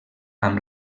amb